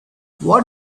what